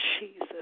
Jesus